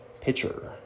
pitcher